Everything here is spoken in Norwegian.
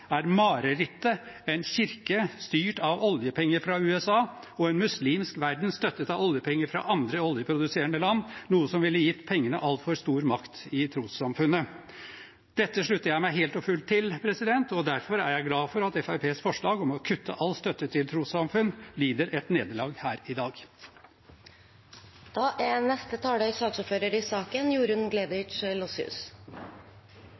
er marerittet en kirke styrt av oljepenger fra Texas, og en muslimsk verden støttet av oljepenger fra andre oljeproduserende land – noe som ville gitt pengene altfor stor makt i trossamfunn.» Dette slutter jeg meg helt og fullt til. Og derfor er jeg glad for at Fremskrittspartiets forslag om å kutte all støtte til trossamfunn lider nederlag her i dag. Jeg har respekt for at Fremskrittspartiets representanter i